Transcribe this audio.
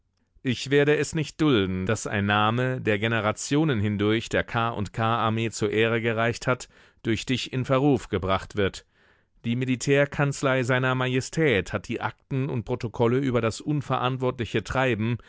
ich werde es nicht dulden daß ein name der generationen hindurch der k u k armee zur ehre gereicht hat durch dich in verruf gebracht wird die militärkanzlei seiner majestät hat die akten und protokolle über das unverantwortliche treiben